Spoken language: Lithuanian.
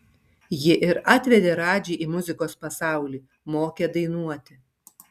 ji ir atvedė radžį į muzikos pasaulį mokė dainuoti